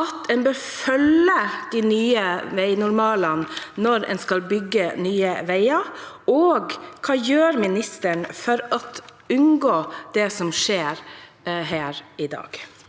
at en bør følge de nye veinormalene når en skal bygge nye veier, og hva gjør han for å unngå det som skjer her i dag?